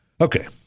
Okay